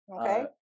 Okay